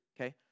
Okay